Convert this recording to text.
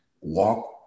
Walk